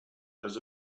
does